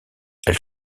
elle